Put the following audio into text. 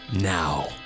Now